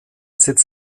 sitz